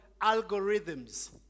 algorithms